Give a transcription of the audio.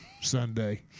Sunday